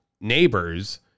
neighbors